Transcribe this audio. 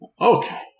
Okay